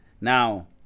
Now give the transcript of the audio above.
Now